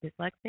dyslexic